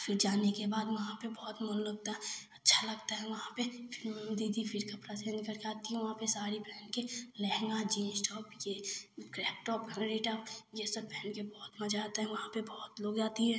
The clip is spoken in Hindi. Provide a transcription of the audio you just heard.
फिर जाने के बाद वहाँ पर बहुत मन लगता है अच्छा लगता है वहाँ पर दीदी फिर कपड़ा चेंज करके आती है वहाँ पर साड़ी पहन के लेहगा जींस टॉप ये क्रैक टॉप हरे टॉप ये सब पहन के बहुत मज़ा आता है वहाँ पर बहुत लोग जाती हैं